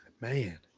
Man